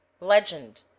legend